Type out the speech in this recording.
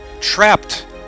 trapped